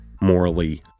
morally